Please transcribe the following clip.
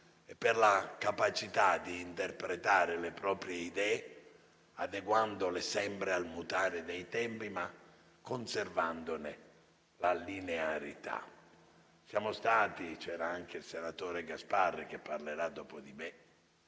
e per la capacità di interpretare le proprie idee, adeguandole sempre al mutare dei tempi, ma conservandone la linearità. Con il senatore Gasparri - che parlerà dopo di me